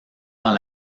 dans